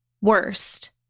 worst